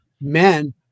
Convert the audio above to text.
men